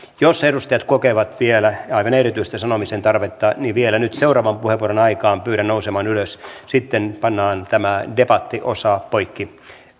jos edustajat kokevat vielä aivan erityistä sanomisen tarvetta niin vielä nyt seuraavan puheenvuoron aikaan pyydän nousemaan ylös sitten pannaan tämä debattiosa poikki